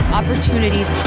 opportunities